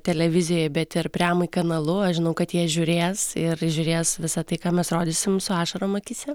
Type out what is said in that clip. televizijoj bet ir premoj kanalu aš žinau kad jie žiūrės ir žiūrės visą tai ką mes rodysim su ašarom akyse